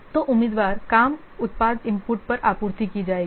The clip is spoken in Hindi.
तो उम्मीदवार काम उत्पाद इनपुट पर आपूर्ति की जाएगी